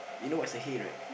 you know what's a hay right